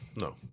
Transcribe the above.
No